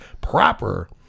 proper